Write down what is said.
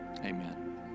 Amen